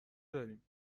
داریم